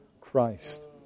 Christ